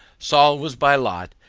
saul was by lot,